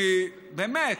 כי באמת,